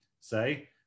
say